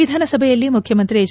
ವಿಧಾನಸಭೆಯಲ್ಲಿ ಮುಖ್ಯಮಂತ್ರಿ ಹೆಚ್